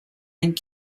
and